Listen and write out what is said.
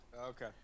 Okay